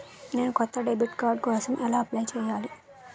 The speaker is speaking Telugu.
నేను కొత్త డెబిట్ కార్డ్ కోసం ఎలా అప్లయ్ చేయాలి?